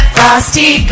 Frosty